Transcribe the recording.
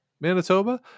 Manitoba